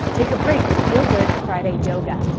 take a break with feel good friday yoga.